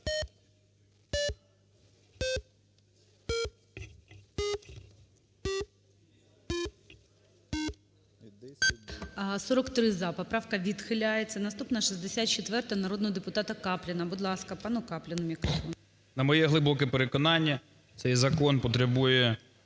На моє глибоке переконання, цей закон потребує